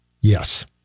Yes